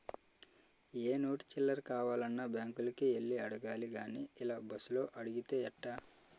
ఏ note చిల్లర కావాలన్నా బాంకులకే యెల్లి అడగాలి గానీ ఇలా బస్సులో అడిగితే ఎట్టా